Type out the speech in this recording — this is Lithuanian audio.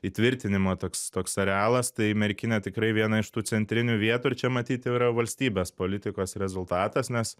įtvirtinimo toks toks arealas tai merkinė tikrai viena iš tų centrinių vietų ir čia matyt jau yra valstybės politikos rezultatas nes